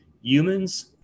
humans